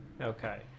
Okay